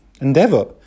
endeavor